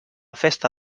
festa